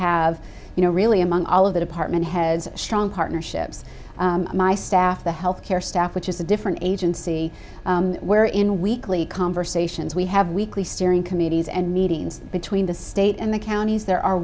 have you know really among all of the department has strong partnerships my staff the health care staff which is a different agency where in weekly conversations we have weekly steering committees and meetings between the state and the counties there